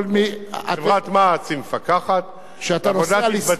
כשאתה רוצה לנסוע לאחיך בצפון,